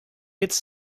its